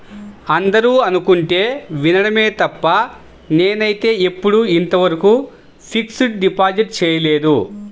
అందరూ అనుకుంటుంటే వినడమే తప్ప నేనైతే ఎప్పుడూ ఇంతవరకు ఫిక్స్డ్ డిపాజిట్ చేయలేదు